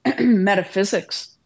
metaphysics